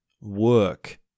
work